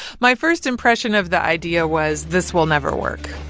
my first impression of the idea was this will never work